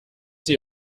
sie